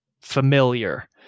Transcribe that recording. familiar